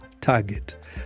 target